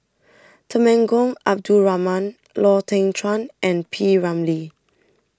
Temenggong Abdul Rahman Lau Teng Chuan and P Ramlee